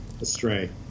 astray